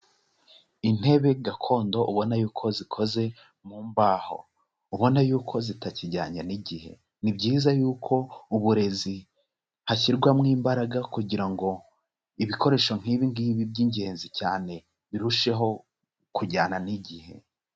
Intebe gakondo, ubona yuko zikoze mu mbaho, ubona yuko zitakijyanye n'igihe. Ni byiza yuko uburezi hashyirwamo imbaraga kugira ngo ibikoresho nk'ibi ngibi by'ingenzi cyane birusheho kujyana n'igihe.